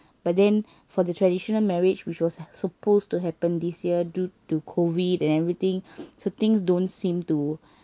but then for the traditional marriage which was supposed to happen this year due to COVID and everything so things don't seem to